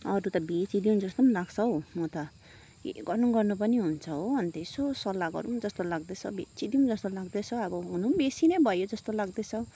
अरू त बेचिदिउँ जस्तो पनि लाग्छ हौ म त के गर्नु गर्नु पनि हुन्छ हो यसो सल्लाह गरौँ जस्तो लाग्दैछ बेचिदिउँ जस्तो लाग्दैछ हुनु पनि बेसी नै भयो जस्तो लाग्दैछ हौ